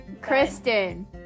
Kristen